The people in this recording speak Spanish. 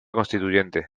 constituyente